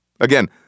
Again